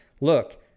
Look